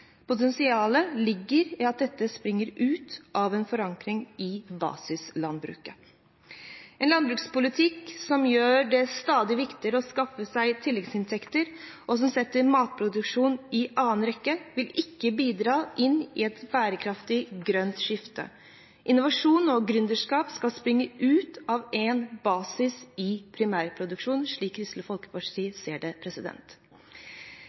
Potensialet ligger i at dette springer ut av en forankring i basislandbruket. En landbrukspolitikk som gjør det stadig viktigere å skaffe seg tilleggsinntekter, og som setter matproduksjon i annen rekke, vil ikke bidra inn i et bærekraftig grønt skifte. Innovasjon og gründerskap skal springe ut av en basis i primærproduksjonen, slik Kristelig